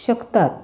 शकतात